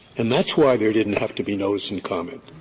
and that's why there didn't have to be notice and comment,